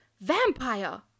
Vampire